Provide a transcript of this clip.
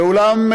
ואולם,